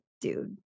dude